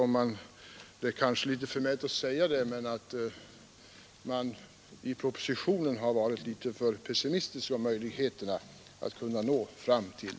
Det är kanske litet förmätet att säga det, men jag tror att man i propositionen har varit litet för pessimistisk i fråga om möjligheterna att nå detta mål.